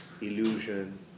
illusion